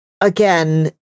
again